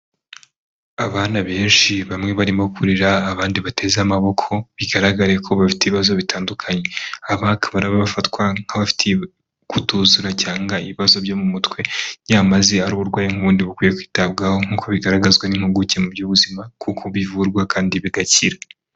Abana benshi bamwe barimo kurira abandi bateze amaboko bigaragare ko bafite ibibazo bitandukanye aba bakaba bafatwa nk'abafite kutuzura cyangwa ibibazo byo mu mutwe nyamaze ari uburwayi nk’ubundi bukwiye kwitabwaho nk'uko bigaragazwa n'impuguke mu by'ubuzima kuko bivurwa kandi bigakira.